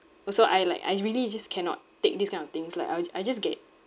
also I like I really just cannot take this kind of things like I'll ju~ I just get